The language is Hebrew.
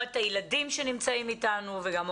את הילדים שנמצאים איתנו וגם ההורים.